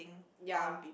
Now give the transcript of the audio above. yea